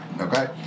okay